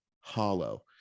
hollow